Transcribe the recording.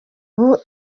ubu